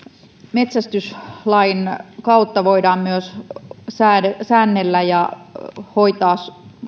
metsästyslain kautta voidaan myös säännellä ja hoitaa